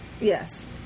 Yes